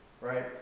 Right